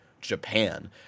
Japan